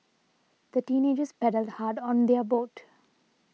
the teenagers paddled hard on their boat